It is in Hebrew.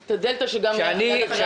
על הדלתא של אחרי שלושת החודשים.